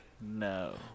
No